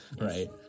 right